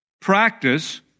practice